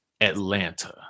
Atlanta